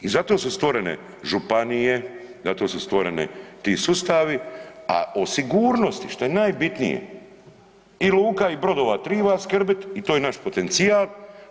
I zato su stvorene županije, zato su stvoreni ti sustavi, a o sigurnosti šta je najbitnije i luka i brodova triba skrbit i to je naš potencijal.